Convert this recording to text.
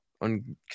on